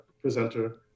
presenter